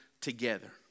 together